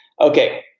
Okay